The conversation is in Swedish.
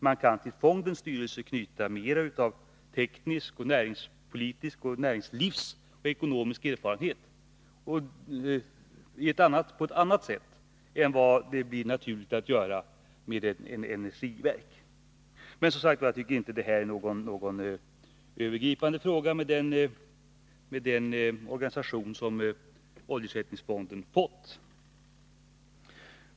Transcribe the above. Man kan till fondens styrelse knyta mer av ekonomisk, teknisk och näringslivserfarenhet på detta sätt, än som blir naturligt när det gäller styrelsen för ett energiverk. Men jag tycker som sagt inte att detta är någon alltför betydelsefull fråga, med den föreslagna organisationen för oljeersättningsfonden.